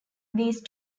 these